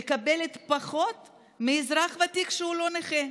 מקבלת פחות מאזרח ותיק שהוא לא נכה?